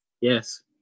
yes